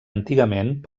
antigament